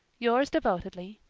yours devotedly,